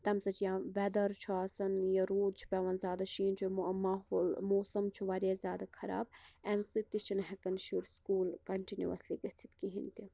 تمہ سۭتۍ چھ یا ویٚدر چھُ آسان یا روٗد چھُ پیٚوان زیاد شیٖن چھُ ماحول موسم چھُ واریاہ زیادٕ خراب امہ سۭتۍ تہ چھِ نہ ہیٚکان شُرۍ سُکول کنٹِنیوسلی گٔژھِتھ کِہیٖنۍ تہِ